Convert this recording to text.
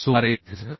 सुमारे zz